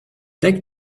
take